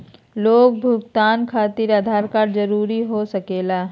Loan भुगतान खातिर Aadhaar card जरूरी हो सके ला?